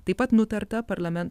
taip pat nutarta parlamen